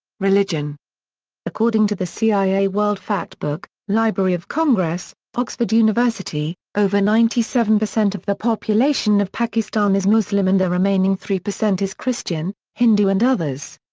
religion according to the cia world factbook, library of congress, oxford university, over ninety seven percent of the population of pakistan is muslim and the remaining three percent is christian, hindu and others.